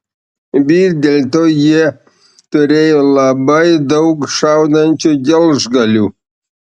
vis dėlto jie turėjo labai daug šaudančių gelžgalių